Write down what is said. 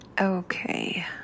Okay